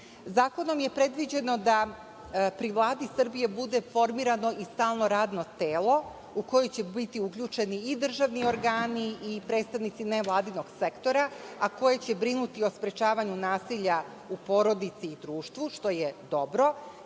je predviđeno da pri Vladi Srbije bude formirano i stalno radno telo u koje će biti uključeni i državni organi i predstavnici nevladinog sektora, a koji će brinuti o sprečavanju nasilja u porodici i društvu, što je dobro.